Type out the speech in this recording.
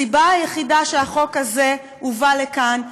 הסיבה היחידה שהחוק הזה הובא לכאן,